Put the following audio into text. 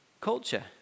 culture